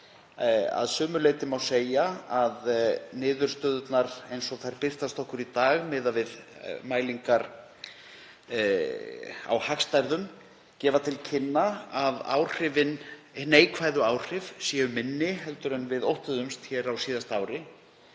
Að sumu leyti má segja að niðurstöðurnar eins og þær birtast okkur í dag, miðað við mælingar á hagstærðum, gefi til kynna að hin neikvæðu áhrif séu minni en við óttuðumst á síðasta ári,